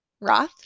roth